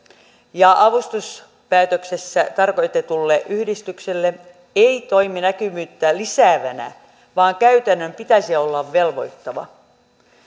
ja avustuspäätöksessä tarkoitetulle yhdistykselle ei toimi näkyvyyttä lisäävänä vaan käytännön pitäisi olla velvoittava